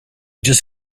just